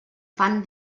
fan